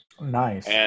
nice